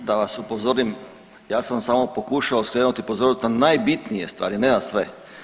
Prvo da vas upozorim, ja sam samo pokušao skrenuti pozornost na najbitnije stvari, ne na sve.